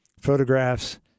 photographs